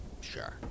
sure